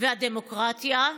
והדמוקרטיה?